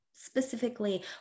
specifically